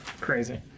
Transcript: crazy